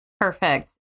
Perfect